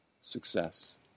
success